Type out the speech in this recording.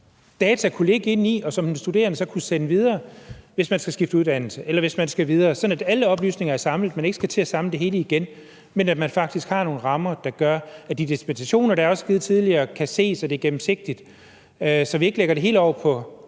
data kunne ligge indeni, og som den studerende så kunne sende videre, hvis man skal skifte uddannelse, eller hvis man skal videre, sådan at alle oplysninger er samlet og man ikke skal til at samle det hele igen, men at man faktisk har nogle rammer, der gør, at de dispensationer, der også er givet tidligere, kan ses, og at det er gennemsigtigt, så vi ikke lægger det hele over på